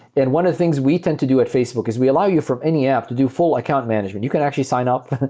and one of the things we tend to do at facebook as we allow you from any app to do full account management. you can actually sign up.